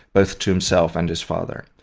both to himself and his father.